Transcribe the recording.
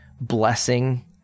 blessing